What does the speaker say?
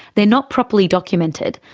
they're not properly documented,